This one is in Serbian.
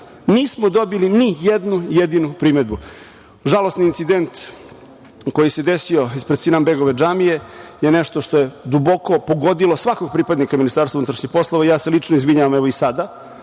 Nismo dobili nijednu jedinu primedbu. Žalosni incident koji se desio ispred Sinan-begove džamije je nešto što je duboko pogodilo svakog pripadnika Ministarstva unutrašnjih poslova, ja se lično izvinjavam evo i sada